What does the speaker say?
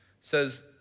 says